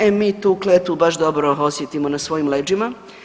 E mi tu kletvu baš dobro osjetimo na svojim leđima.